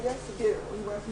והשתפרו.